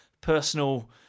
personal